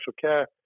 care